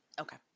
Okay